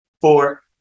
Four